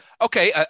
Okay